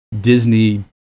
Disney